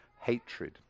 hatred